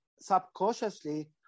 subconsciously